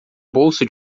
bolso